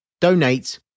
donate